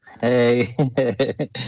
Hey